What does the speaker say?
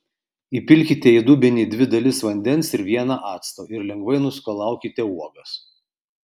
įpilkite į dubenį dvi dalis vandens ir vieną acto ir lengvai nuskalaukite uogas